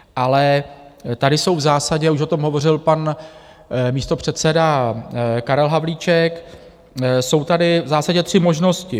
Ale tady jsou v zásadě, už o tom hovořil pan místopředseda Karel Havlíček, jsou tady v zásadě tři možnosti.